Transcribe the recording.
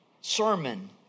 sermon